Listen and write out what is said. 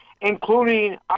including